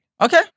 Okay